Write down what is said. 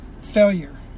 failure